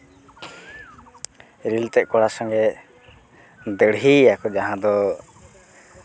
ᱤᱨᱤᱞ ᱛᱮᱫ ᱠᱚᱲᱟ ᱥᱚᱸᱜᱮ ᱫᱟᱲᱦᱤᱭᱮᱭᱟ ᱠᱚ ᱡᱟᱦᱟᱸ ᱫᱚ